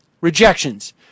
rejections